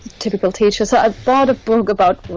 typical teacher so i bought a book about